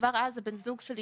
כבר אז הבן זוג שלי